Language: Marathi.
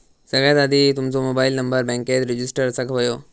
सगळ्यात आधी तुमचो मोबाईल नंबर बॅन्केत रजिस्टर असाक व्हयो